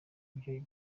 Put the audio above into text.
ivyo